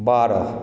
बारह